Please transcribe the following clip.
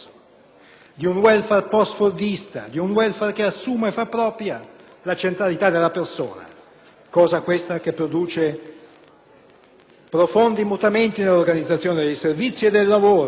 Un *welfare* post-fordista, un *welfare* che assume e fa propria la centralità della persona, cosa questa che produce profondi mutamenti nell'organizzazione dei servizi e del lavoro.